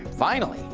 finally!